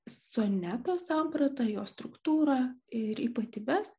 soneto sampratą jo struktūrą ir ypatybes